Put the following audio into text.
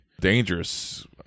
dangerous